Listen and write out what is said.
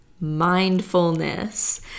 mindfulness